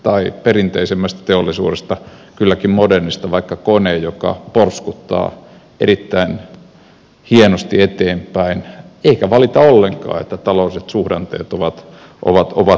tai perinteisemmästä teollisuudesta kylläkin modernista vaikka kone joka porskuttaa erittäin hienosti eteenpäin eikä valita ollenkaan että taloudelliset suhdanteet ovat heikkoja